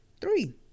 Three